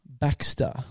Baxter